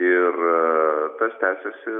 ir tas tęsiasi